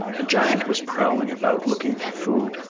a giant was prowling about looking for food.